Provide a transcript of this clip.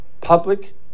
Public